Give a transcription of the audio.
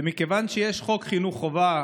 ומכיוון שיש חוק חינוך חובה